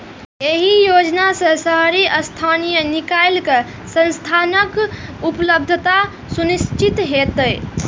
एहि योजना सं शहरी स्थानीय निकाय कें संसाधनक उपलब्धता सुनिश्चित हेतै